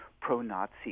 pro-Nazi